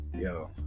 yo